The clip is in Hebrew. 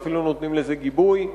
ואפילו נותנים לזה גיבוי.